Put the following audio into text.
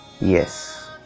Yes